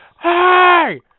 Hey